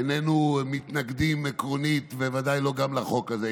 איננו מתנגדים עקרונית, ודאי לא לחוק הזה.